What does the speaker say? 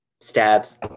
Stabs